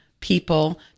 people